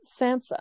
Sansa